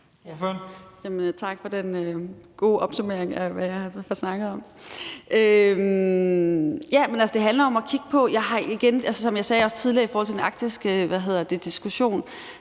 Tak for den gode opsummering af, hvad jeg har snakket om. Som jeg også sagde tidligere i forhold til den arktiske diskussion,